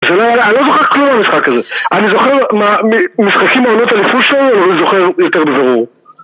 אני לא זוכר כלום מהמשחק הזה. אני זוכר משחקים מהעונות אליפות שלי אני לא זוכר יותר בבירור